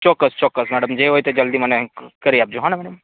ચોક્કસ ચોક્કસ મેડમ જે હોય તે જલ્દી મને કરી આપજો હોં ને મેડમ